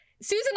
Susan